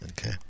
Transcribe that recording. Okay